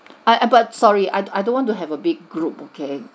err but sorry I I don't want to have a big group okay